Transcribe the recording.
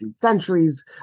centuries